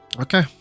Okay